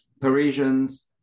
Parisians